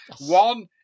One